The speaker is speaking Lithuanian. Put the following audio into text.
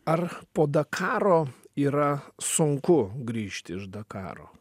ar po dakaro yra sunku grįžti iš dakaro